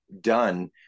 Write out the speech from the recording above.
done